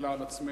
אלא על עצמנו.